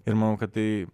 ir manau kad tai